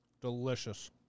Delicious